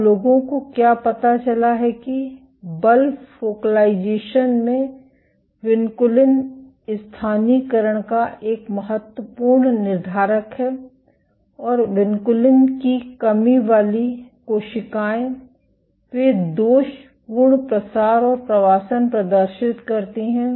अब लोगों को क्या पता चला है कि बल फोकलाइज़ेशन में विनकुलिन स्थानीयकरण का एक महत्वपूर्ण निर्धारक है और विनकुलिन की कमी वाली कोशिकाएं वे दोषपूर्ण प्रसार और प्रवासन प्रदर्शित करती हैं